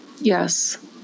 Yes